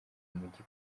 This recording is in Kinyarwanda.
umujyi